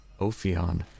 Ophion